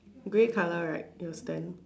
grey colour right your stand